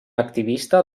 activista